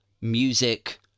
music